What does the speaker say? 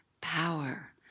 power